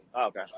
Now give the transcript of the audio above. okay